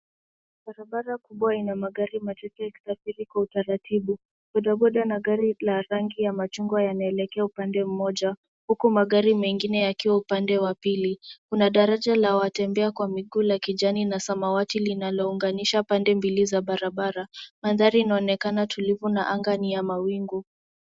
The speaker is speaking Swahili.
Barabara kubwa yenye magari machache yakisafiri kwa utaratibu. Bodaboda na gari la rangi ya machungwa yanaelekea upande mmoja, huku magari mengine yakiwa upande wa pili. Kuna daraja la watembea kwa miguu la kijani na samawati linalounganisha pande mbili za barabara. Mandhari inaonekana tulivu na anga ni ya mawingu.